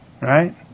Right